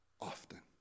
often